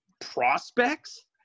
prospects